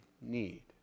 need